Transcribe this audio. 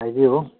ꯍꯥꯏꯕꯤꯌꯨ